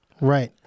right